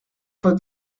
fue